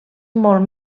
molt